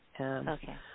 Okay